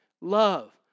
Love